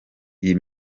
iyi